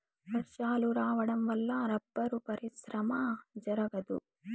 వర్షాలు రావడం వల్ల రబ్బరు పరిశ్రమ జరగదు